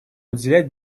уделять